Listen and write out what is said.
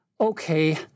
okay